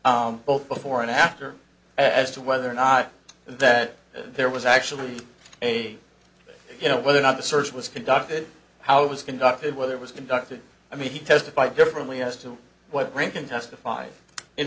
both before and after as to whether or not that there was actually a name you know whether or not the search was conducted how it was conducted whether it was conducted i mean he testified differently as to what rankin testified in